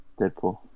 Deadpool